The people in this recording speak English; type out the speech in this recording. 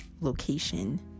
location